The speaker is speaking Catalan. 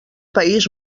país